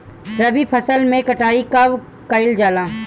रबी फसल मे कटाई कब कइल जाला?